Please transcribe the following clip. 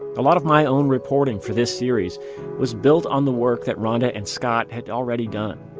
a lot of my own reporting for this series was built on the work that ronda and scott had already done